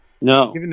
No